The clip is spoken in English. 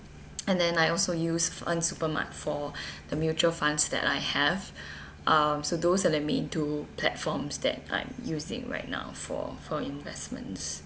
and then I also use fundsupermart for the mutual funds that I have(um) so those that led me into platforms that I'm using right now for for investments